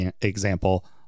example